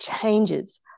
changes